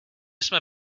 jsme